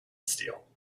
steel